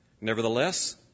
Nevertheless